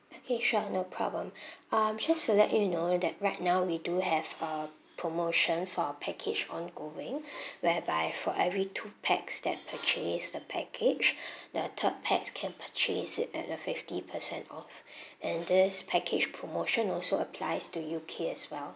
okay sure no problem um just to let you know that right now we do have a promotion for package ongoing whereby for every two pax that purchased the package the third pax can purchase it at a fifty percent off and this package promotion also applies to U_K as well